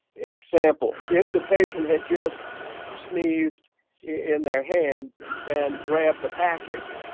example if the patient had just sneezed in their hand and grabbed the package,